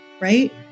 right